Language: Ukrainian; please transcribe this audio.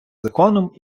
законом